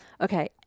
Okay